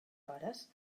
hores